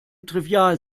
trivial